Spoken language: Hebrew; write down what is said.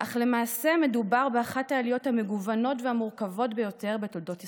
אך למעשה מדובר באחת העליות המגוונות והמורכבות ביותר בתולדות ישראל,